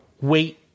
Wait